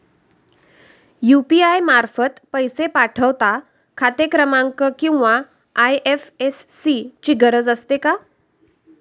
UPI मार्फत पैसे पाठवता खाते क्रमांक किंवा आय.एफ.एस.सी ची गरज असते का?